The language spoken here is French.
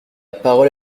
parole